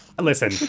listen